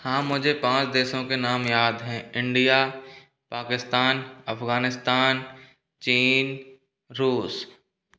हां मुझे पांच देशों के नाम याद हैं इंडिया पाकिस्तान अफ़गानिस्तान चीन रूस